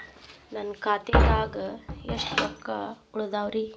ನನ್ನ ಖಾತೆದಾಗ ಎಷ್ಟ ರೊಕ್ಕಾ ಉಳದಾವ್ರಿ?